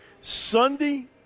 Sunday